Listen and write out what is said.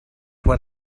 what